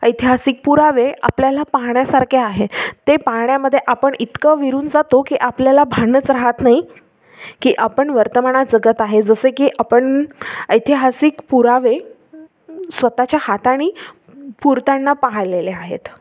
ऐतिहासिक पुरावे आपल्याला पाहण्यासारखे आहे ते पाहण्यामध्ये आपण इतकं विरून जातो की आपल्याला भानच राहात नाही की आपण वर्तमानात जगत आहे जसे की आपण ऐतिहासिक पुरावे स्वत च्या हाताने पुरताना पाहिलेले आहेत